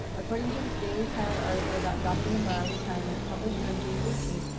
according to the daily pilot article about dr. navarro retirement published on june thirteenth,